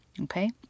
okay